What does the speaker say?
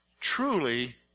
truly